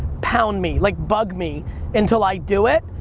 pound me, like bug me until i do it.